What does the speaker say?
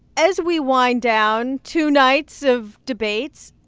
as we wind down two nights of debates,